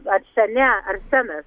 arsene arsenas